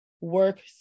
work